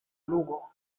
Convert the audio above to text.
lugo